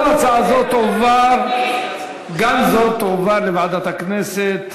גם הצעת חוק זו תועבר לוועדת הכנסת,